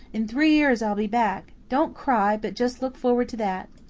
in three years i'll be back. don't cry, but just look forward to that.